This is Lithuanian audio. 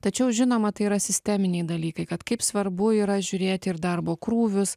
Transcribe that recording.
tačiau žinoma tai yra sisteminiai dalykai kad kaip svarbu yra žiūrėti ir darbo krūvius